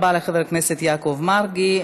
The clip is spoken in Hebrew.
תודה רבה לחבר הכנסת יעקב מרגי.